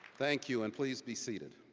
thank you. and please be seated.